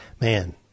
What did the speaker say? Man